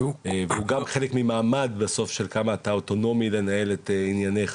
זה גם חלק ממעמד של כמה אתה אוטונומי לנהל את עניינך.